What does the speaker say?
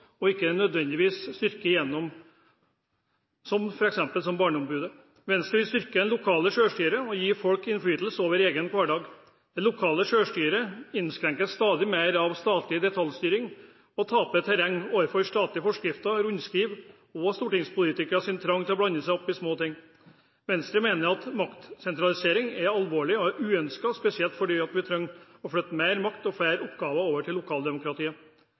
Barneombudet. Venstre vil styrke det lokale selvstyret og gi folk innflytelse over egen hverdag. Det lokale selvstyret innskrenkes stadig mer av statlig detaljstyring og taper terreng overfor statlige forskrifter, rundskriv og stortingspolitikeres trang til å blande seg opp i små ting. Venstre mener at maktsentralisering er alvorlig og uønsket, spesielt fordi vi trenger å flytte mer makt og flere oppgaver over til lokaldemokratiet.